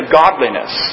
godliness